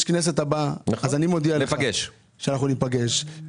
יש כנסת הבאה, ואני מודיע לך שאנחנו ניפגש.